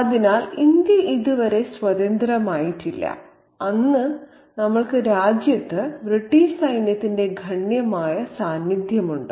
അതിനാൽ ഇന്ത്യ ഇതുവരെ സ്വതന്ത്രമായിട്ടില്ല അന്ന് നമ്മൾക്ക് രാജ്യത്ത് ബ്രിട്ടീഷ് സൈന്യത്തിന്റെ ഗണ്യമായ സാന്നിധ്യമുണ്ട്